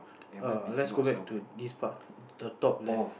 err let's go back to this part the top left